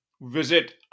visit